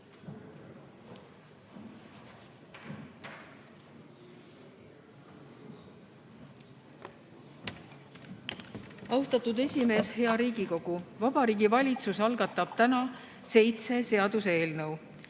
Austatud esimees! Hea Riigikogu! Vabariigi Valitsus algatab täna seitse seaduseelnõu.